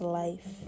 life